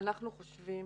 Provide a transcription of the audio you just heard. אנחנו חושבים